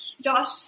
Josh